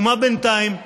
ומה בינתיים?